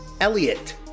Elliot